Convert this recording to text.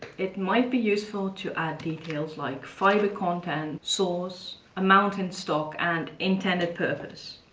it might be useful to add details like fiber content, source, amount in stock, and intended purpose.